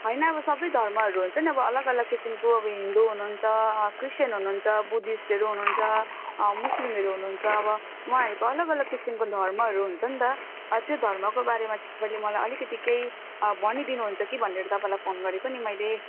हैन अब सबै धर्महरू हुन्छ नि अब अलग अलग किसिमको अब हिन्दू हुनुहुन्छ क्रिस्चियन हुनुहुन्छ बुद्धिस्टहरू हुनुहुन्छ मुस्लिमहरू हुनुहुन्छ अब उहाँहरूको अलग अलग किसिमको धर्महरू हुन्छ नि त त्यो धर्मको बारेमा तपाइँले मलाई अलिकति केही भनिदिनुहुन्छ कि भनेर तपाईँलाई फोन गरेको नि मैले